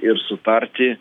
ir sutarti